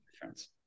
difference